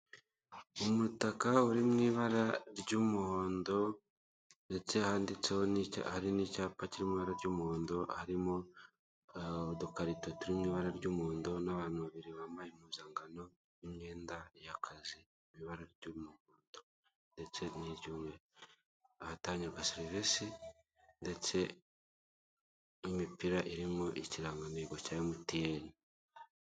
Umutaka uri mu ibara ry'umuhondo, ndetse hari n'icyapa kiri mu ibara ry'umuhondo. Harimo udukarito turi mu ibara ry'umuhondo n'abantu babiri bambaye impuzankano; n'imyenda y'akazi mu ibara ry'umuhondo ndetse n'iry'umweru. Ahatangirwa serivisi ndetse n'imipira irimo ikirangantego cya Emutiyeni.